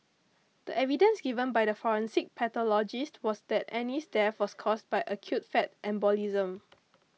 the evidence given by the forensic pathologist was that Annie's death was caused by acute fat embolism